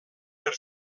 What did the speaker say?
per